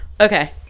Okay